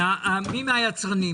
מי מהיצרנים?